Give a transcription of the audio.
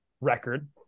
record